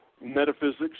metaphysics